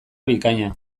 bikaina